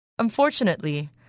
Unfortunately